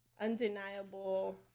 undeniable